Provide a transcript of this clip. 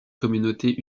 communauté